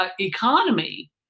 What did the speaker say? economy